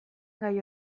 gai